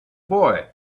boy